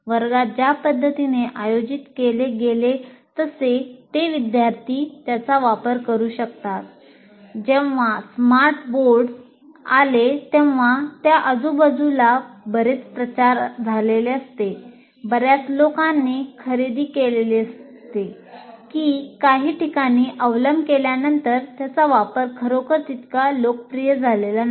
वर्गात ज्या पद्धतीने आयोजित केले गेले तसे ते विद्यार्थी त्याचा वापर करू शकतात जेव्हा स्मार्ट बोर्ड आले तेव्हा त्या आजूबाजूला बरेच प्रचार झाले बर्याच लोकांनी खरेदी केली की काही ठिकाणी अवलंब केल्यानंतर त्याचा वापर खरोखर तितका लोकप्रिय झालेला नाही